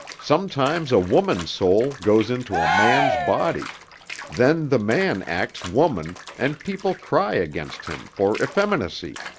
sometimes a woman's soul goes into a man's body then the man acts woman, and people cry against him for effeminacy.